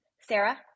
Sarah